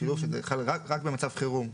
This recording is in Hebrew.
השילוב שזה חל רק במצב חירום.